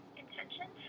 intention